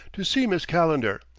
to see miss calendar.